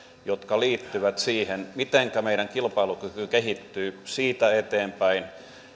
jotka liittyvät siihen mitenkä meidän kilpailukykymme kehittyy siitä eteenpäin